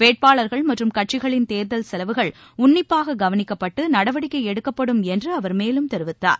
வேட்பாளர்கள் மற்றும் கட்சிகளின் தேர்தல் செலவுகள் உன்ளிப்பாக கவனிக்கப்பட்டு நடவடிக்கை எடுக்கப்படும் என்று அவர் மேலும் தெரிவித்தார்